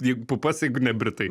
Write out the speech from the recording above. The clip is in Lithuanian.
jeigu pupas jeigu ne britai